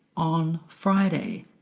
on friday,